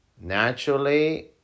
naturally